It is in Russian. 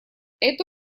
это